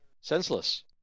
senseless